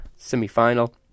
semifinal